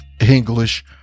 English